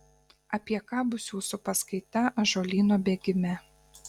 apie ką bus jūsų paskaita ąžuolyno bėgime